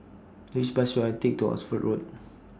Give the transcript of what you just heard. Which Bus should I Take to Oxford Road